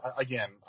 again